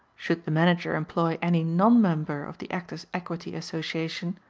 should the manager employ any non-member of the actors' equity association,